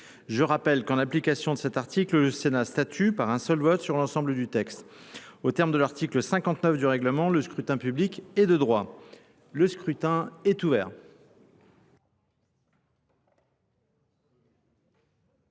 Je rappelle qu'en application de cet article, le Sénat statue par un seul vote sur l'ensemble du texte. Au terme de l'article 59 du règlement, le scrutin public est de droit. Le scrutin est ouvert.